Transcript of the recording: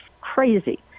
crazy